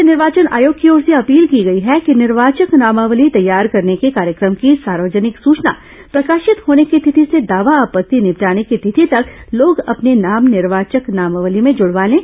राज्य निर्वाचन आयोग की ओर से अपील की गई है कि निर्वाचक नामावली तैयार करने के कार्यक्रम की सार्वजनिक सुचना प्रकाशित होने की तिथि से दावा आपत्ति निपटाने की तिथि तक लोग अपने नाम निर्वाचक नामवली में जुड़वा लें